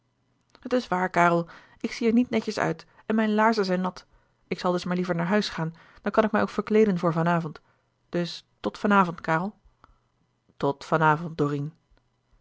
het is waar karel ik zie er niet netjes uit en mijn laarzen zijn nat ik zal dus louis couperus de boeken der kleine zielen maar liever naar huis gaan dan kan ik mij ook verkleeden voor van avond dus tot van avond karel tot